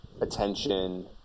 attention